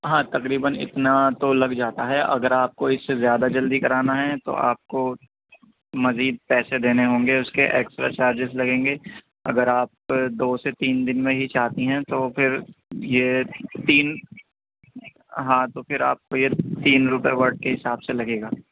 ہاں تقریباً اتنا تو لگ جاتا ہے اگر آپ کو اس سے زیادہ جلدی کرانا ہے تو آپ کو مزید پیسے دینے ہوں گے اس کے ایکسٹرا چارجز لگیں گے اگر آپ دو سے تین دن میں ہی چاہتی ہیں تو پھر یہ تین ہاں تو پھر آپ یہ تین روپیے ورڈ کے حساب سے لگے گا